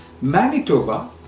Manitoba